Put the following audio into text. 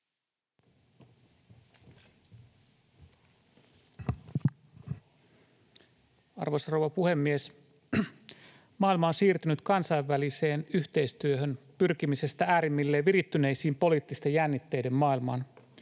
Arvoisa rouva puhemies! Maailma on siirtynyt kansainväliseen yhteistyöhön pyrkimisestä äärimmilleen virittyneiden poliittisten jännitteiden maailmaan.